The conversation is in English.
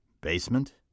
Basement